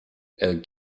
elle